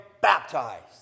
baptized